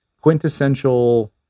quintessential